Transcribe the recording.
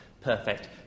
perfect